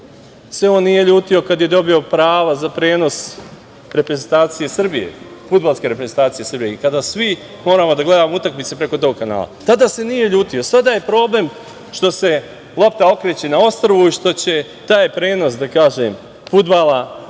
se on nije ljutio kada je dobio prava za prenos reprezentacije fudbalske, Srbije i kada svi moramo da gledamo utakmice preko tog kanala? Tada se nije ljutio. Sada je problem što se lopta okreće na ostrvu i što će taj prenos fudbala biti